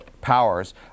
powers